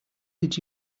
did